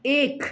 एक